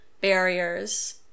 barriers